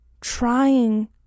trying